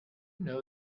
know